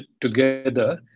together